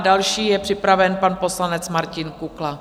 Další je připraven pan poslanec Martin Kukla.